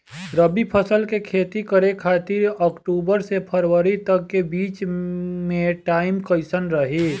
रबी फसल के खेती करे खातिर अक्तूबर से फरवरी तक के बीच मे टाइम कैसन रही?